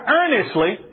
earnestly